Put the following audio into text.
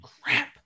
Crap